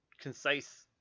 concise